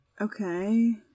Okay